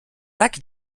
tak